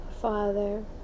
Father